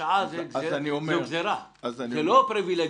שעה היא גזירה, לא פריווילגיה.